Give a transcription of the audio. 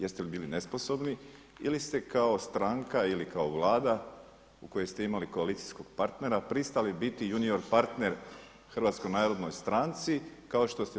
Jeste li bili nesposobni ili ste kao stranka ili kao Vlada u kojoj ste imali koalicijskog partnera pristali biti junior partner HNS-u kao što ste to i danas u